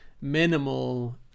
minimal